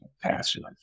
passion